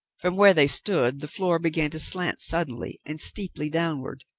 from where they stood the floor began to slant suddenly and steeply downward,